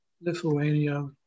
Lithuania